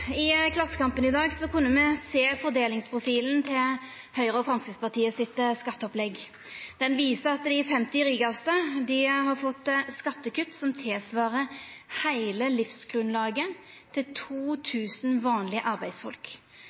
I Klassekampen i dag kan me sjå fordelingsprofilen i skatteopplegget til Høgre og Framstegspartiet. Han viser at dei 50 rikaste har fått skattekutt som tilsvarer heile livsgrunnlaget til 2 000 vanlege arbeidsfolk.